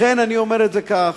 לכן אני אומר את זה כך,